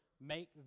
make